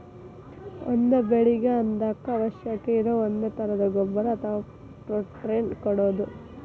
ಒಂದ ಬೆಳಿಗೆ ಅದಕ್ಕ ಅವಶ್ಯಕ ಇರು ಒಂದೇ ತರದ ಗೊಬ್ಬರಾ ಅಥವಾ ಪ್ರೋಟೇನ್ ಕೊಡುದು